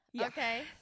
Okay